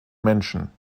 menschen